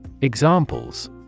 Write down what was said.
Examples